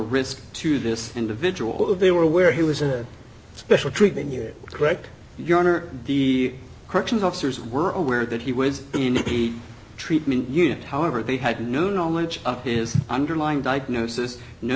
risk to this individual if they were aware he was a special treat then you're correct your honor the corrections officers were aware that he was in the treatment unit however they had no knowledge of his underlying diagnosis no